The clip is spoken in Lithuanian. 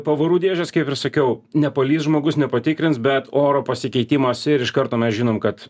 pavarų dėžės kaip ir sakiau nepalįs žmogus nepatikrins bet oro pasikeitimas ir iš karto mes žinom kad